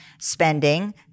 spending